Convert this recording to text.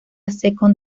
second